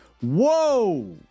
Whoa